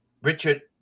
Richard